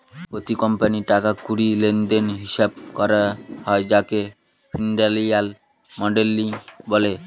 প্রতি কোম্পানির টাকা কড়ি লেনদেনের হিসাব করা হয় যাকে ফিনান্সিয়াল মডেলিং বলে